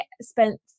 spent